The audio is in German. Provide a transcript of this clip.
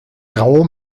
grau